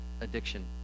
addiction